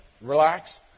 Relax